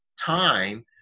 time